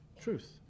truth